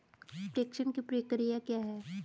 प्रेषण की प्रक्रिया क्या है?